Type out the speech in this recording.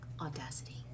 Audacity